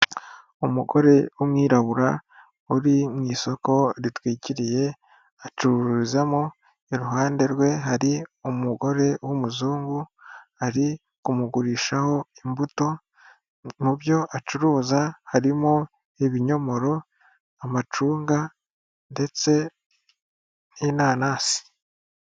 Umugore w'umwirabura uri mu isoko ritwikiriye acururizamo iruhande rwe hari umugore w'umuzungu ari kumugurishaho imbuto mu byo acuruza harimo ibinyomoro, amacunga ndetse n'inanasi.